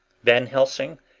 van helsing,